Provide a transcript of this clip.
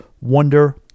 Wonder